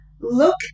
look